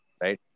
right